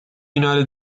united